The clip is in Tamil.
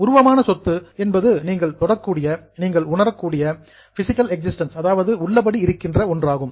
உருவமான என்பது நீங்கள் தொடக்கூடிய நீங்கள் உணரக்கூடிய பிசிகல் எக்ஸிஸ்டன்ஸ் உள்ளபடி இருக்கின்ற ஒன்றாகும்